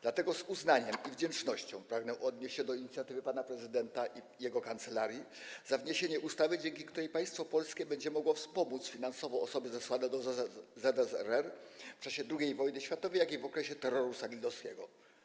Dlatego z uznaniem i wdzięcznością pragnę odnieść się do inicjatywy pana prezydenta i jego kancelarii, podziękować za wniesienie ustawy, dzięki której państwo polskie będzie mogło wspomóc finansowo osoby zesłane do ZSRR w czasie II wojny światowej, jak również w okresie terroru stalinowskiego.